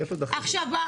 עכשיו,